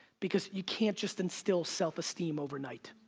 because, you can't just instill self-esteem overnight.